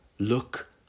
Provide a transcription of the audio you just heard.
look